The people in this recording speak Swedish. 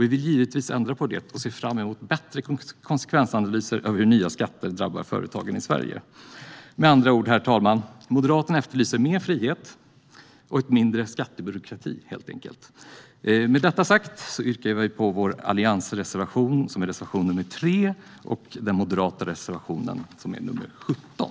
Vi vill givetvis ändra på det och ser fram emot bättre konsekvensanalyser av hur nya skatter drabbar företagen i Sverige. Med andra ord, herr talman, efterlyser Moderaterna mer frihet och mindre skattebyråkrati, helt enkelt. Med detta sagt yrkar vi bifall till Alliansens reservation nr 3 och Moderaternas reservation nr 17.